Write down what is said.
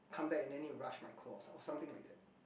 come back and then need to rush my core or something like that